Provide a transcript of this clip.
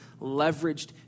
leveraged